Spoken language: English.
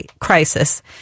crisis